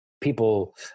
people